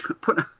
put